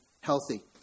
healthy